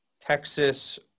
Texas –